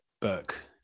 book